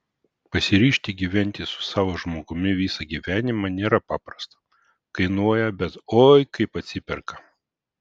pasiryžti gyventi su savo žmogumi visą gyvenimą nėra paprasta kainuoja bet oi kaip atsiperka